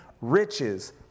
riches